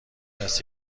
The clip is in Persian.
است